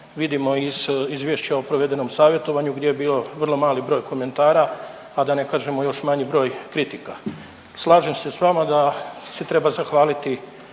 vidimo iz izvješća o provedenom savjetovanju gdje je bio vrlo mali broj komentara, a da ne kažemo još manji broj kritika. Slažem se s vama da se treba zahvaliti